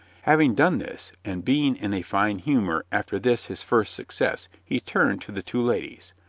having done this, and being in a fine humor after this his first success, he turned to the two ladies.